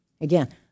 Again